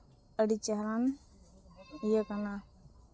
ᱟᱹᱰᱤ ᱪᱮᱦᱨᱟᱱ ᱤᱭᱟᱹ ᱠᱟᱱᱟ